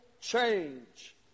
change